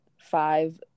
five